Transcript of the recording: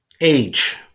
age